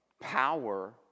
power